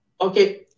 okay